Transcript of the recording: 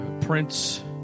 Prince